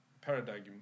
paradigm